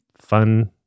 fun